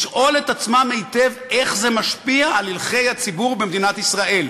לשאול את עצמם היטב איך זה משפיע על הלכי רוח הציבור במדינת ישראל.